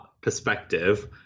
perspective